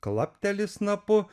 klapteli snapu